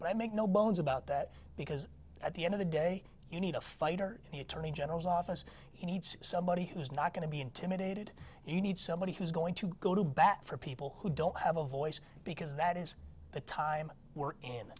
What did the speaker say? but i make no bones about that because at the end of the day you need a fighter in the attorney general's office he needs somebody who's not going to be intimidated and you need somebody who's going to go to bat for people who don't have a voice because that is the time we're in